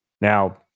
Now